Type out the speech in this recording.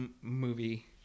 movie